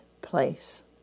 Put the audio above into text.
place